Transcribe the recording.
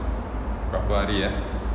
berapa hari ah